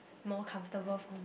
more comfortable for